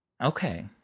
Okay